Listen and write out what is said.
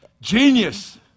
Genius